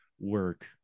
work